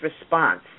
response